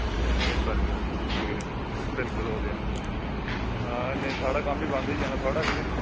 नेईं नेईं इस बारी नी औंदे फिकर नी करनी बिलकुल ओह् ते ऐ अ नेईं साढ़ा कम्म बी बंद होई जाना थुआड़ा बी ते